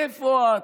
איפה את,